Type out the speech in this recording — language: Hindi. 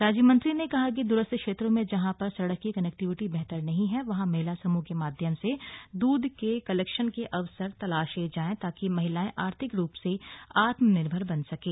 राज्य मंत्री ने कहा कि दूरस्थ क्षेत्रों में जहां पर सड़क की कनेक्टिविटी बेहतर नहीं है वहां महिला समूह के माध्यम से द्ध के कलेक्शन के अवसर तलाशे जाए ताकि महिलाएं आर्थिक रूप से आत्मनिर्भर बन सकें